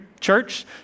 Church